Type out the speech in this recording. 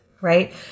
Right